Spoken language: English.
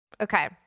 Okay